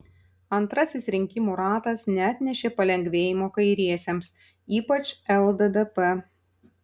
antrasis rinkimų ratas neatnešė palengvėjimo kairiesiems ypač lddp